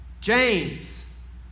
James